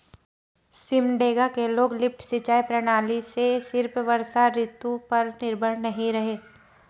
सिमडेगा के लोग लिफ्ट सिंचाई प्रणाली से सिर्फ वर्षा ऋतु पर निर्भर नहीं रहे